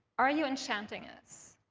are you enchanting us?